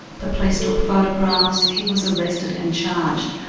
the police took photographs, he was arrested and charged.